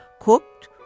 cooked